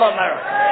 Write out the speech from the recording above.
America